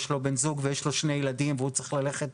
יש לו בן זוג ויש להם שני ילדים והוא צריך ללכת,